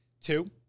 Two